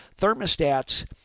thermostats